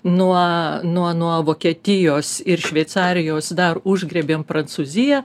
nuo nuo nuo vokietijos ir šveicarijos dar užgriebėm prancūziją